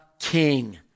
king